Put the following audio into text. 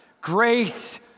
Grace